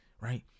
right